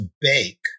bake